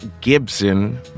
Gibson